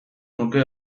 nuke